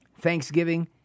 Thanksgiving